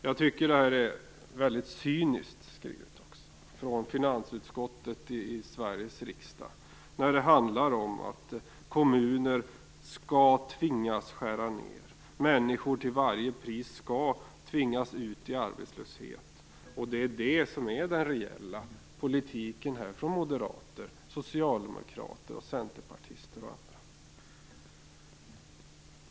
Jag tycker att det här är väldigt cyniskt skrivet av finansutskottet i Sveriges riksdag, när det handlar om att kommuner skall tvingas skära ned och människor till varje pris tvingas ut i arbetslöshet. Det är det som är den reella politiken från moderater, socialdemokrater, centerpartister och andra.